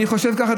אני חושב ככה.